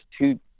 two